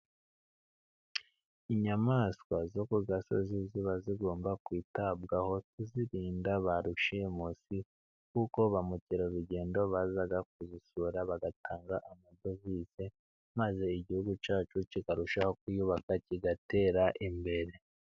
Inyamaswa zo ku gasozi ziba zigomba kwitabwaho tuzirinda ba rushimusi, kuko ba mukerarugendo baza kuzisura bagatanga amadovize, maze igihugu cyacu kikarushaho kwiyubaka kigatera imbere.